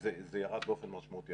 זה ירד באופן משמעותי.